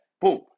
Boom